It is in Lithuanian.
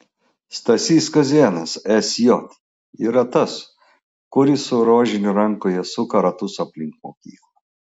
stasys kazėnas sj yra tas kuris su rožiniu rankoje suka ratus aplink mokyklą